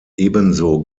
ebenso